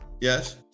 Yes